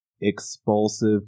expulsive